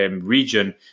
region